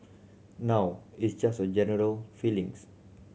now it's just a general feelings